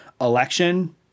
election